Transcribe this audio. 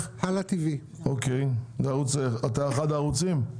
אתה אחד הערוצים?